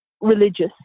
religious